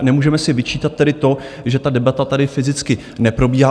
Nemůžeme si vyčítat tedy to, že ta debata tady fyzicky neprobíhá.